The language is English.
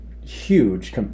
huge